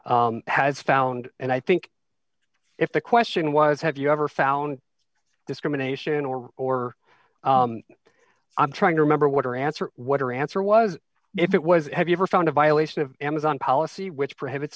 investigator has found and i think if the question was have you ever found discrimination or or i'm trying to remember what her answer what her answer was if it was have you ever found a violation of amazon policy which prohibits